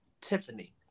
Tiffany